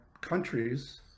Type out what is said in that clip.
countries